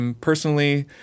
personally